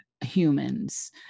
humans